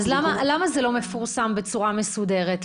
אז למה זה לא מפורסם בצורה מסודרת?